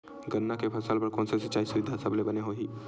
गन्ना के फसल बर कोन से सिचाई सुविधा सबले बने होही?